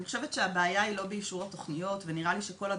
אני חושבת שזה בכלל לא קשור לתוכניות ונראה לי שכל הדוחות,